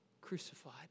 crucified